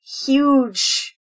huge